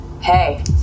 Hey